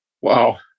wow